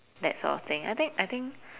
that's sort of thing I think I think